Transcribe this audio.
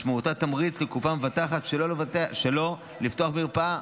משמעותה תמריץ לקופה המבטחת שלא לפתוח מרפאה.